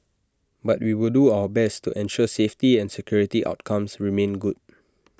but we will do our best to ensure safety and security outcomes remain good